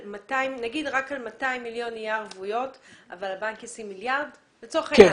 נגיד רק על 200 מיליון שקלים יהיו ערבויות אבל הבנק ישים מיליארד שקלים?